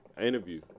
interview